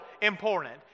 important